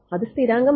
അത് സ്ഥിരാങ്കമല്ല